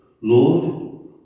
Lord